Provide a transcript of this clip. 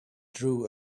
drew